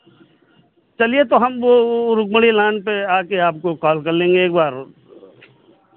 चलिए तो हम वो रुक्मिणी लॉन पे आके आपको काॅल कर लेंगे एक बार